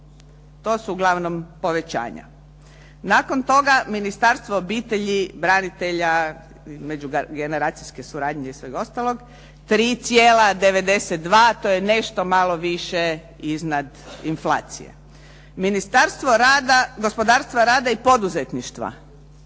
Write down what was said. to su uglavnom povećanja. Nakon toga Ministarstvo obitelji, branitelja, međugeneracijske suradnje i sveg ostalog 3,2, to je nešto malo više iznad inflacije. Ministarstvo gospodarstva, rada i poduzetništva